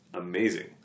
amazing